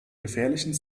gefährlichen